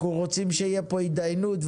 אנחנו רוצים שתהיה פה התדיינות,